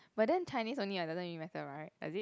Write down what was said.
but then Chinese only [what] doesn't really matter right does it